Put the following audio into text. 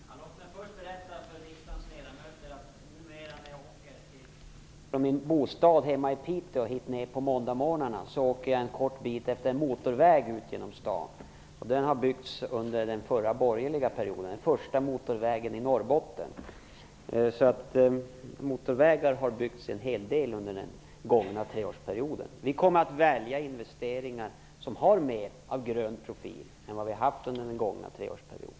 Herr talman! Låt mig först berätta för riksdagens ledamöter att jag, när jag numera åker från min bostad hemma i Piteå hit till Stockholm på måndagsmorgnarna, åker en kort bit på en motorväg ut genom stan. Den har byggts under den förra borgerliga regeringsperioden. Det är den första motorvägen i Norrbotten. Det har byggts en hel del motorvägar under den gångna treårsperioden. Vi kommer att välja investeringar som har mer av grön profil än vad vi har haft under den gångna treårsperioden.